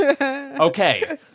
Okay